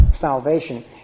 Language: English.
salvation